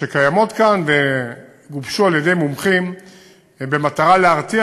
שקיימות כאן והוגשו על-ידי מומחים במטרה להרתיע